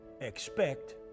expect